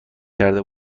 کرده